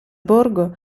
borgo